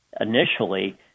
initially